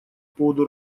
поводу